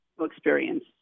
experience